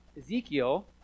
Ezekiel